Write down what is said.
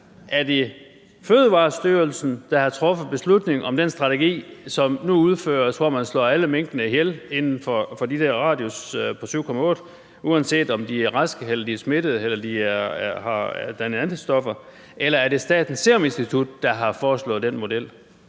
Er det Fødevarestyrelsen, der har truffet beslutningen om den strategi, som nu udføres, hvor man slår alle minkene ihjel inden for den der radius på 7,8 km, uanset om de er raske eller smittede eller har dannet antistoffer? Eller er det Statens Serum Institut, der har foreslået den model?